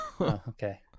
Okay